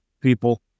people